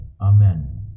Amen